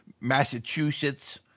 Massachusetts